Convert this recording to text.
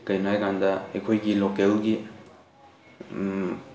ꯀꯔꯤꯒꯤꯅꯣ ꯍꯥꯏꯕꯀꯥꯟꯗ ꯑꯩꯈꯣꯏꯒꯤ ꯂꯣꯀꯦꯜꯒꯤ